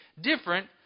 different